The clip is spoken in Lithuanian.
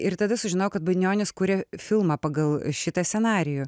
ir tada sužinojau kad banionis kuria filmą pagal šitą scenarijų